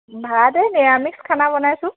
ভাত এই নিৰামিষ খানা বনাইছোঁ